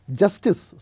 justice